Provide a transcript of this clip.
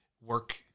work